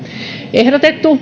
ehdotettu